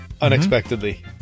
unexpectedly